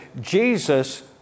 Jesus